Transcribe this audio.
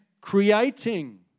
creating